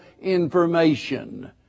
information